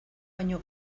baino